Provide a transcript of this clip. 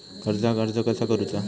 कर्जाक अर्ज कसा करुचा?